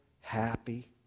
happy